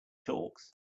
talks